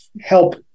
help